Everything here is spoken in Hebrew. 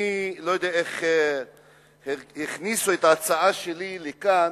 אני לא יודע איך הכניסו את ההצעה שלי לכאן,